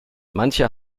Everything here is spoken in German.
manche